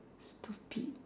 stupid